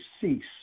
cease